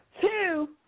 two